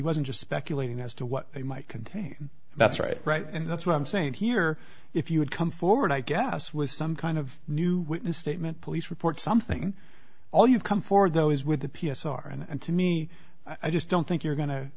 wasn't just speculating as to what they might contain that's right right and that's what i'm saying here if you would come forward i guess was some kind of new witness statement police report something all you've come for those with the p s r and to me i just don't think you're go